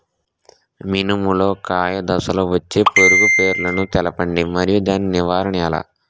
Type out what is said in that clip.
మినుము లో కాయ దశలో వచ్చే పురుగు పేరును తెలపండి? మరియు దాని నివారణ ఎలా?